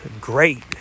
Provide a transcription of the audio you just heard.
great